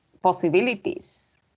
possibilities